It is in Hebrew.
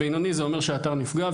בינוני זה אומר שהאתר נפגע,